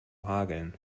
hageln